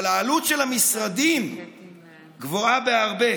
אבל העלות של המשרדים גבוהה בהרבה.